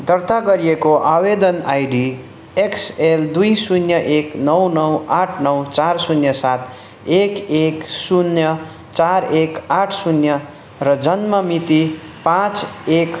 दर्ता गरिएको आवेदन आइडी एक्सएल दुई शून्य एक नौ नौ आठ नौ चार शून्य सात एक एक शून्य चार एक आठ शून्य र जन्म मिति पाँच एक